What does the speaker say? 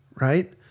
right